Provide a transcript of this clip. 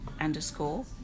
underscore